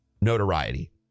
notoriety